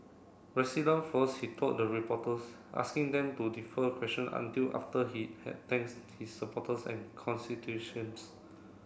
resident first he told the reporters asking them to defer question until after he had thanks his supporters and constitutions